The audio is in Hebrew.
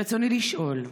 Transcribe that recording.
רצוני לשאול: